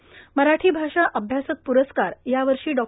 मराठी भाषा अभ्यासक प्रस्कार यावर्षी डॉ